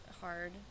hard